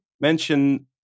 mention